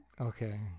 Okay